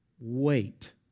Wait